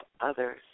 others